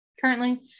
currently